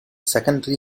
secondary